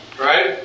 Right